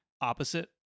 opposite